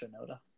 Shinoda